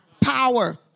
Power